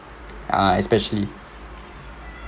ah especially